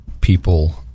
people –